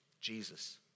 Jesus